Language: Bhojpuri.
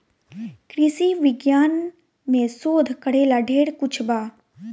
कृषि विज्ञान में शोध करेला ढेर कुछ बा